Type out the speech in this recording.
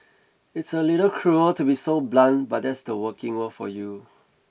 it's a little cruel to be so blunt but that's the working world for you